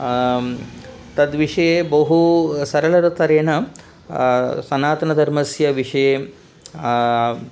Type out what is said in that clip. तद्विषये बहू सरलरतरेन सनातनधर्मस्य विषये